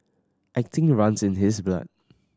acting runs in his blood